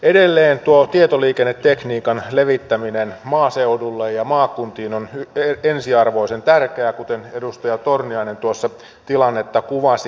edelleen tuo tietoliikennetekniikan levittäminen maaseudulle ja maakuntiin on ensiarvoisen tärkeää kuten edustaja torniainen tuossa tilannetta kuvasi